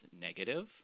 negative